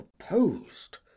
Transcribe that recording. opposed